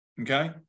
Okay